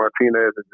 Martinez